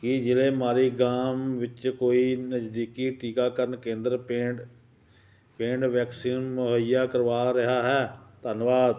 ਕੀ ਜ਼ਿਲ੍ਹੇ ਮਾਰੀਗਾਂਵ ਵਿੱਚ ਕੋਈ ਨਜ਼ਦੀਕੀ ਟੀਕਾਕਰਨ ਕੇਂਦਰ ਪੇਂਡ ਪੇਂਡ ਵੈਕਸੀਨ ਮੁਹੱਈਆ ਕਰਵਾ ਰਿਹਾ ਹੈ ਧੰਨਵਾਦ